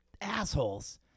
assholes